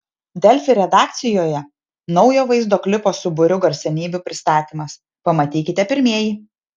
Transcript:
delfi redakcijoje naujo vaizdo klipo su būriu garsenybių pristatymas pamatykite pirmieji